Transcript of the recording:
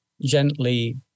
gently